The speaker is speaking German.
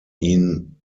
ihn